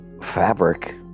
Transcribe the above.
fabric